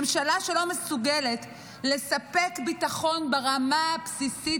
ממשלה שלא מסוגלת לספק ביטחון ברמה הבסיסית